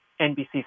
NBC